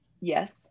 Yes